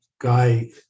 guy